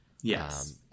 Yes